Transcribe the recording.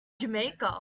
jamaica